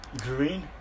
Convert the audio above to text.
Green